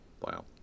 Wow